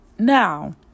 Now